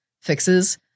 fixes